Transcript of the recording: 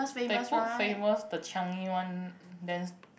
they put famous the Changi one then